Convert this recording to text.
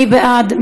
מי בעד?